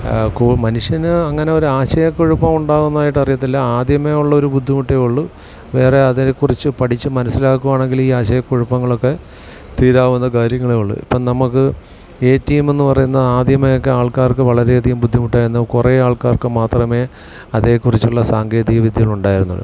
മനുഷ്യന് അങ്ങനെ ഒരു ആശയക്കുഴപ്പം ഉണ്ടാകുന്നതായിട്ട് അറിയത്തില്ല ആദ്യമേ ഉള്ള ഒരു ബുദ്ധിമുട്ടെ ഉള്ളൂ വേറെ അതിനെ കുറിച്ച് പഠിച്ച് മനസ്സിലാക്കുകയാണെങ്കിൽ ഈ ആശയക്കുഴപ്പങ്ങളൊക്കെ തീരാവുന്ന കാര്യങ്ങളെ ഉള്ളൂ ഇപ്പം നമുക്ക് എ ടി എം മെന്ന് പറയുന്നത് ആദ്യമേ ഒക്കെ ആൾക്കാർക്ക് വളരെ അധികം ബുദ്ധിമുട്ടായിരുന്നു കുറേ ആൾക്കാർക്ക് മാത്രമേ അതേ കുറിച്ചുള്ള സാങ്കേതിക വിദ്യകൾ ഉണ്ടായിരുന്നുള്ളൂ